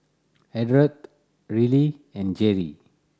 Ardath Riley and Jere